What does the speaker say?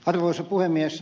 arvoisa puhemies